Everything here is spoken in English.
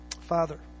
Father